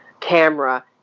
camera